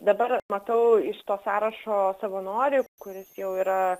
dabar matau iš to sąrašo savanorį kuris jau yra